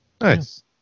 Nice